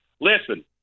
Listen